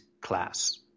class